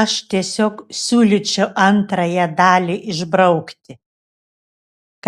aš tiesiog siūlyčiau antrąją dalį išbraukti